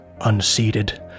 unseated